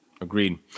agreed